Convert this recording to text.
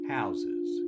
houses